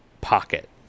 pocket